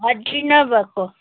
हड्डी नभएको